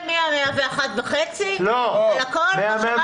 מה-101.5% על הכול?